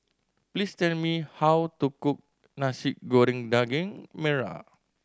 please tell me how to cook Nasi Goreng Daging Merah